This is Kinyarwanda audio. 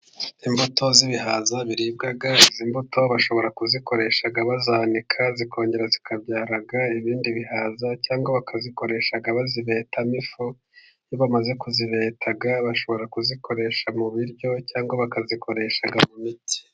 Imbuto z'ibihaza biribwa, izi mbuto bashobora kuzikoresha bazanika, zikongera zikabyara ibindi bihaza. Cyangwa bakazikoresha bazibetamo ifu. Iyo bamaze kuzibeta bashobora kuzikoresha mu biryo, cyangwa bakazikoresha mu miti.